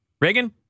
Reagan